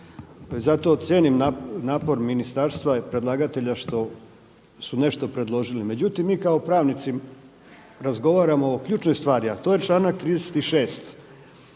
Zato cijenim napor ministarstva i predlagatelja što su nešto predložili. Međutim mi kao pravnici razgovaramo o ključnoj stvari, a to je članak 36.